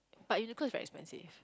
but Uniqlo is very expensive